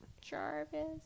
Jarvis